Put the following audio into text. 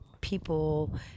people